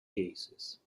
cases